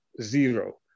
Zero